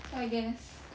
so I guess